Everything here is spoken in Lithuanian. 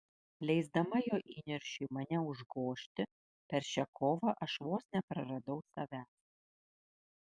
leisdama jo įniršiui mane užgožti per šią kovą aš vos nepraradau savęs